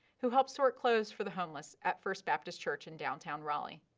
who helps sort clothes for the homeless at first baptist church in downtown raleigh.